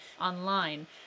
online